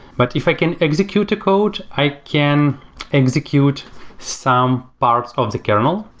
but if i can execute a code, i can execute some parts of the kernel.